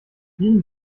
vielen